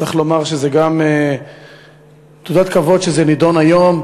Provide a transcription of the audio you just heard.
צריך לומר שזה גם תעודת כבוד שזה נדון היום.